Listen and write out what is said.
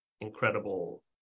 incredible